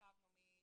אם קיבלנו.